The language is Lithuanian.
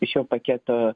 iš šio paketo